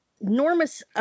enormous